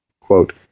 Quote